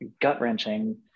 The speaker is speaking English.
gut-wrenching